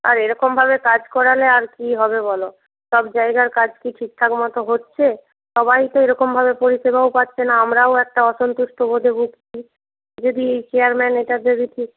আর এরকমভাবে কাজ করালে আর কি হবে বলো সব জায়গার কাজ কি ঠিকঠাক মতো হচ্ছে সবাই তো এরকমভাবে পরিষেবাও পাচ্ছে না আমরাও একটা অসন্তুষ্টবোধে ভুগছি যদি চেয়ারম্যান এটার যদি